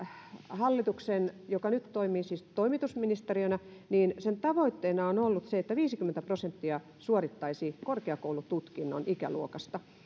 hallituksen joka nyt toimii siis toimitusministeristönä tavoitteena on ollut se että viisikymmentä prosenttia ikäluokasta suorittaisi korkeakoulututkinnon